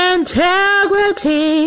Integrity